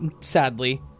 Sadly